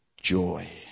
joy